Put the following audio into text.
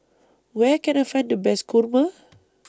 Where Can I Find The Best Kurma